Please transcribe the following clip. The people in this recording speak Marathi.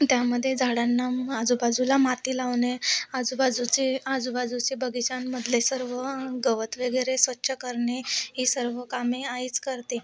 त्यामध्ये झाडांना आजूबाजूला माती लावणे आजूबाजूचे आजूबाजूचे बगिचांमधले सर्व गवत वगैरे स्वच्छ करणे ही सर्व कामे आईच करते